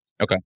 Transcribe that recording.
Okay